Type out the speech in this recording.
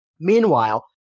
Meanwhile